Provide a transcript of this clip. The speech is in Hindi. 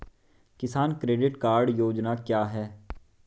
किसान क्रेडिट कार्ड योजना क्या है?